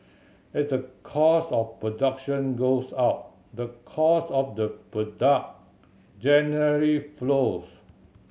as the cost of production goes up the cost of the product generally flows